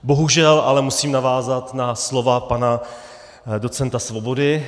Bohužel ale musím navázat na slova pana docenta Svobody.